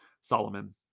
Solomon